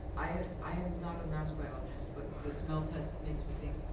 i i am not a mouse biologist, but the smell test makes me think